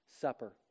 supper